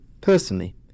personally